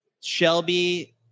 Shelby